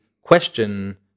question